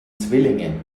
zwillinge